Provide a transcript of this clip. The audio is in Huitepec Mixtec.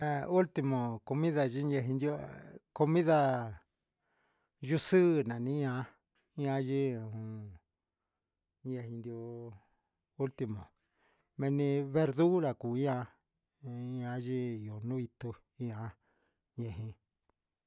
Ha ultimo comida yichen yu'a, comida yuxuu nania ñayee un ñaño'o, ultima menii verdura kuu ihá yayi'i yo'o niutu ihá ñeyii.